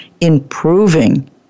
improving